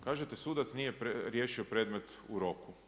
Kažete sudac nije riješio predmet u roku.